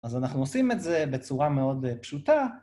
אז אנחנו עושים את זה בצורה מאוד פשוטה. של הבנה , חשיבה ויכולת היצירתיות.